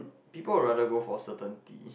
people will rather go for certain tea